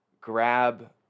grab